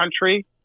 country